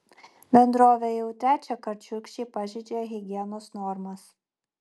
bendrovė jau trečiąkart šiurkščiai pažeidžia higienos normas